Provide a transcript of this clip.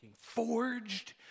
forged